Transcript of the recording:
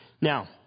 Now